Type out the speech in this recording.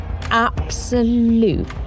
absolute